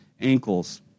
ankles